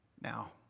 Now